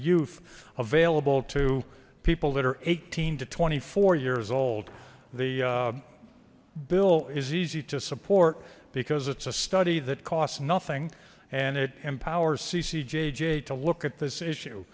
youth available to people that are eighteen to twenty four years old the bill is easy to support because it's a study that costs nothing and it empowers cc jj to look at this issue